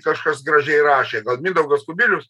kažkas gražiai rašė gal mindaugas kubilius